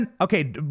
okay